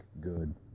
good